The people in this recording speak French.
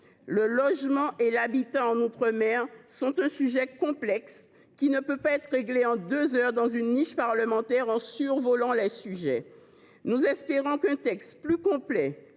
Le logement et l’habitat outre mer sont un sujet complexe, qui ne peut pas être réglé en deux heures dans le cadre d’une niche parlementaire, en survolant les sujets. Nous espérons qu’un texte plus complet,